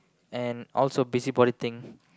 and also busybody thing